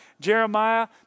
Jeremiah